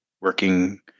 working